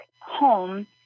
home